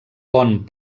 pont